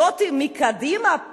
זאת מקדימה,